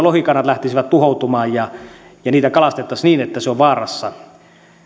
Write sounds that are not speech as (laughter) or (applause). (unintelligible) lohikannat lähtisivät tuhoutumaan ja ja niitä kalastettaisiin niin että ne ovat vaarassa